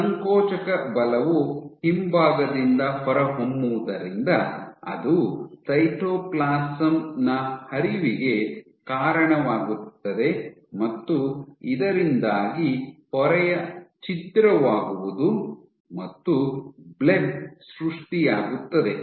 ಸಂಕೋಚಕ ಬಲವು ಹಿಂಭಾಗದಿಂದ ಹೊರಹೊಮ್ಮುವುದರಿಂದ ಅದು ಸೈಟೋಪ್ಲಾಸಂ ನ ಹರಿವಿಗೆ ಕಾರಣವಾಗುತ್ತದೆ ಮತ್ತು ಇದರಿಂದಾಗಿ ಪೊರೆಯ ಛಿದ್ರವಾಗುವುದು ಮತ್ತು ಬ್ಲೆಬ್ ಸೃಷ್ಟಿಯಾಗುತ್ತದೆ